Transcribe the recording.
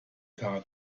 tag